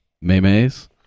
memes